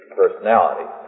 personality